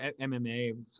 MMA